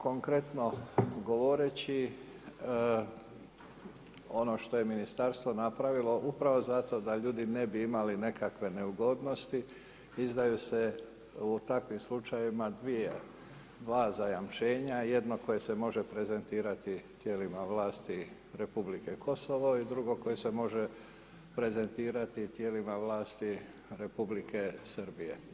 Konkretno govoreći ono što je ministarstvo napravilo, upravo zato da ljudi ne bi imali nekakve neugodnosti izdaje se u takvim slučajevima 2 zajamčena, jedno koje se može prezentirati tijelima vlasti Republike Kosovo i drugo koje se može prezentirati u dijelima vlasti Republike Srbije.